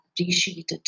appreciated